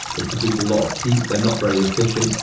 they produce a lot of heat, they're not very efficient,